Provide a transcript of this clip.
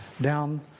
down